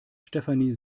stefanie